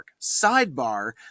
sidebar